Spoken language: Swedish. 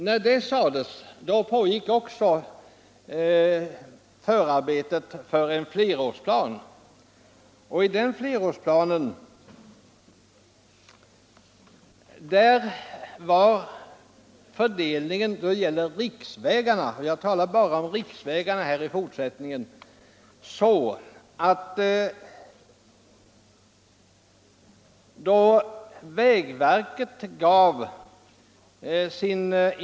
När detta sades pågick förarbetet till en flerårsplan. I denna flerårsplan var fördelningen i vad gäller riksvägarna — och jag talar i fortsättningen bara om dem — mycket skev.